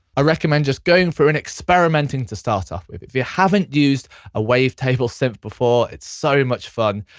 ah recommend just going through and experimenting to start off with. if you haven't used a wavetable synth before it's so much fun,